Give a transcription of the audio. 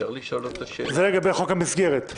זה לגבי חוק המסגרת.